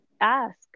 ask